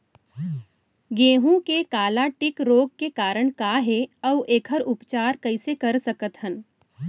गेहूँ के काला टिक रोग के कारण का हे अऊ एखर उपचार कइसे कर सकत हन?